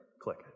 click